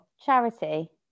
Charity